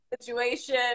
situation